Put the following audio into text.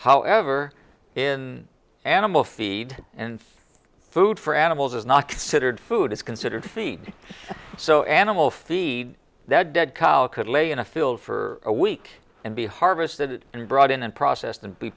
however in animal feed and food for animals is not considered food is considered to feed so animal feed that dead cow could lay in a field for a week and be harvested and brought in and processed and be